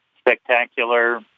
spectacular